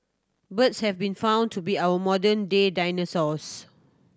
birds have been found to be our modern day dinosaurs